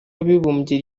w’abibumbye